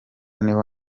niho